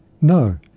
No